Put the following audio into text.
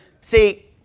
See